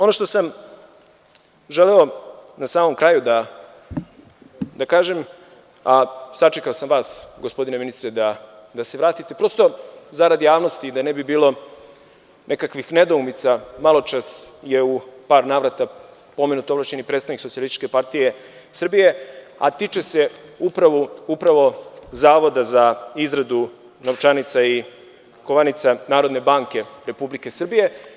Ono što sam želeo na samom kraju da kažem, a sačekao sam vas, gospodine ministre, da se vratite, prosto zarad javnosti, da ne bi bilo nekakvih nedoumica, maločas je u par navrata pomenut ovlašćeni predstavnik Socijalističke partije Srbije, a tiče se upravo Zavoda za izradu novčanica i kovanica Narodne banke Republike Srbije.